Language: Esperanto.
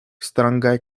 strangaj